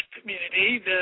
community